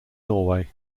norway